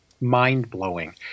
mind-blowing